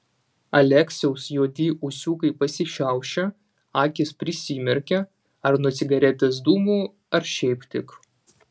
aleksiaus juodi ūsiukai pasišiaušia akys prisimerkia ar nuo cigaretės dūmų ar šiaip tik